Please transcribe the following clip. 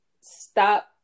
stop